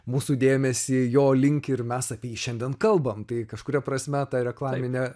mūsų dėmesį jo link ir mes apie jį šiandien kalbame tai kažkuria prasme ta reklaminė